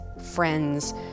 friends